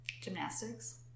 Gymnastics